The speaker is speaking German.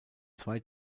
zwei